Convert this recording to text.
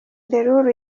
derulo